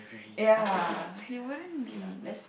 ya he wouldn't be